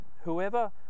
whoever